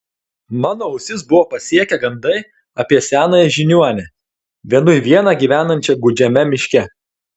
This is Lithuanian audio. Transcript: mano ausis buvo pasiekę gandai apie senąją žiniuonę vienui vieną gyvenančią gūdžiame miške